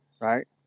right